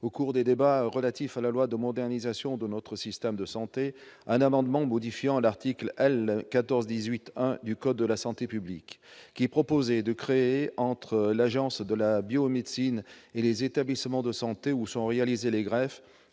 au cours des débats sur la loi de modernisation de notre système de santé, un amendement visant à modifier l'article L. 1418-1 du code de la santé publique. Cet amendement tendait à créer, entre l'Agence de la biomédecine et les établissements de santé où sont réalisées les greffes,